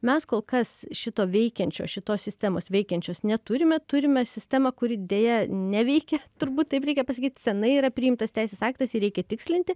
mes kol kas šito veikiančio šitos sistemos veikiančios neturime turime sistemą kuri deja neveikia turbūt taip reikia pasakyt seniai yra priimtas teisės aktas jį reikia tikslinti